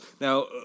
now